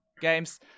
games